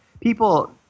people